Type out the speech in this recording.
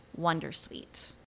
wondersuite